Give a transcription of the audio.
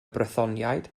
brythoniaid